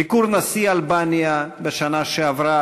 ביקור נשיא אלבניה בשנה שעברה,